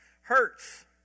hurts